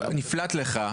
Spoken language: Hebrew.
נפלט לך,